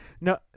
No